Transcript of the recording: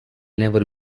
never